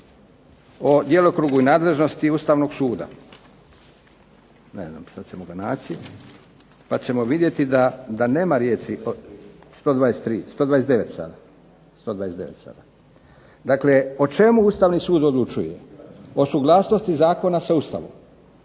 o djelokrugu i nadležnosti Ustavnog suda? Ne znam sad ćemo ga naći, pa ćemo vidjeti da nema riječi 123. 129. članak, 129. sada. Dakle, o čemu Ustavni sud odlučuj? O suglasnosti zakona sa Ustavom,